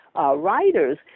writers